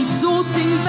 sorting